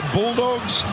Bulldogs